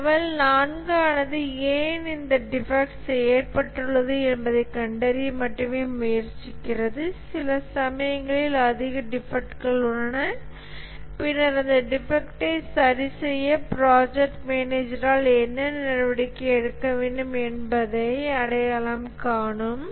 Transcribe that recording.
level 4 ஆனது ஏன் அந்த டிபெக்ட் ஏற்பட்டுள்ளது என்பதைக் கண்டறிய மட்டுமே முயற்சிக்கிறது சில சமயங்களில் அதிக டிபெக்ட்கள் உள்ளன பின்னர் அந்த டிபெக்ட்டை சரிசெய்ய பிராஜக்ட் மேனேஜர்ரால் என்ன நடவடிக்கை எடுக்க வேண்டும் என்பதை அடையாளம் காணும்